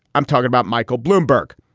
i'm talking about michael bloomberg.